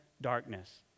darkness